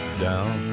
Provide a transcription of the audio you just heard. down